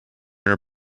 are